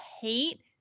hate